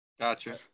Gotcha